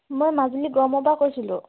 মই মাজুলী গড়মূৰৰ পা কৈছিলোঁ